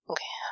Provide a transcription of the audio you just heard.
Okay